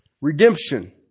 Redemption